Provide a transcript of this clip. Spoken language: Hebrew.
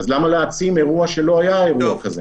אז למה להעצים אירוע כשלא היה אירוע כזה?